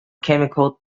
chemical